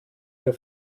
für